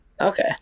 Okay